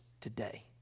today